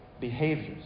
behaviors